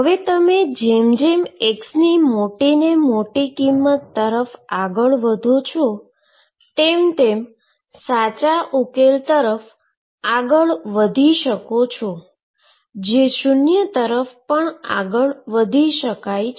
હવે તમે જેમ જેમ x ની મોટી ને મોટી કિંમત તરફ આગળ વધો છો તેમ તેમ સાચા ઉકેલ તરફ આગળ વધી શકીએ છીએ જે શુન્ય તરફ આગળ વધી શકાય છે